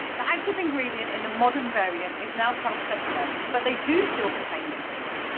the active ingredient in the modern variant is now paracetamol. but, they do still contain liquorice.